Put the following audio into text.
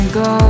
go